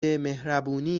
مهربونی